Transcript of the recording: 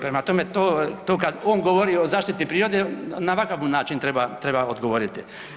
Prema tome to kada on govori o zaštiti prirode na ovakav mu način treba odgovoriti.